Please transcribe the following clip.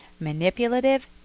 manipulative